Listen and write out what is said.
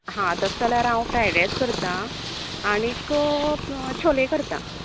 हा तस जाल्यार हांव फ्रायजरायस करता आनीक छोले करता